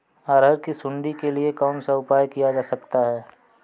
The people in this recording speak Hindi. अरहर की सुंडी के लिए कौन सा उपाय किया जा सकता है?